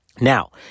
Now